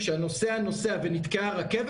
כשהנוסע נוסע ונתקעה הרכבת,